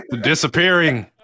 Disappearing